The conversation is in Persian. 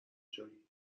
جویی